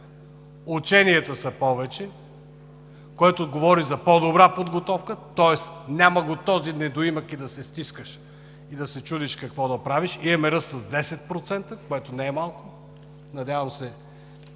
ученията са повече, което говори за по-добра подготовка, тоест няма го този недоимък – и да се стискаш, и да се чудиш какво да правиш. Имаме ръст с 10%, което не е малко. Надявам се